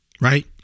Right